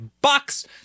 bucks